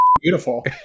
beautiful